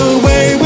away